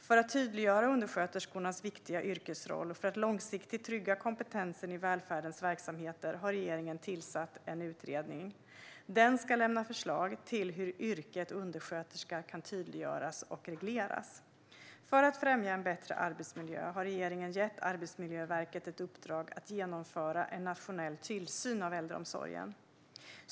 För att tydliggöra undersköterskornas viktiga yrkesroll och för att långsiktigt trygga kompetensen i välfärdens verksamheter har regeringen tillsatt en utredning. Den ska lämna förslag till hur yrket undersköterska kan tydliggöras och regleras. För att främja en bättre arbetsmiljö har regeringen gett Arbetsmiljöverket ett uppdrag att genomföra en nationell tillsyn av äldreomsorgen.